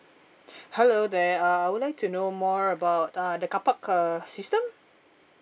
hello there uh I would like to know more about uh the car park uh system